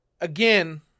again